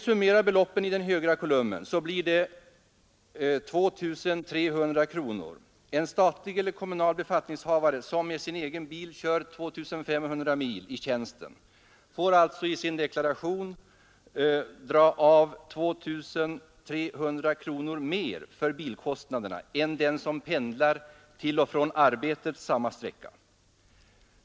Summan av beloppen i den högra kolumnen blir 2 300 kronor. En statlig eller kommunal befattningshavare som med sin egen bil kör 2 500 mil i tjänsten får alltså i sin deklaration dra av 2 300 kronor mer för bilkostnaderna än den som pendlar till och från arbetet samma sträcka.